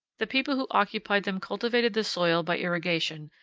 the people who occupied them cultivated the soil by irrigation,